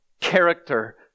character